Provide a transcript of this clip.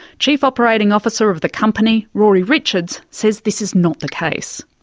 chief operating officer of the company, rory richards, says this is not the case.